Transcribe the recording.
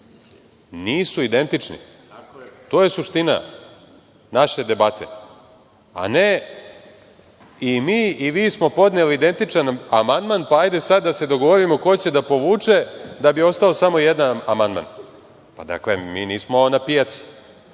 nisu identični. To je suština naše debate, a ne i mi i vi smo podneli identični amandman, pa hajde sada da se dogovorimo ko će da povuče da bi ostao samo jedan amandman. Dakle, mi nismo na pijaci